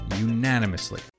unanimously